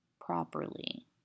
properly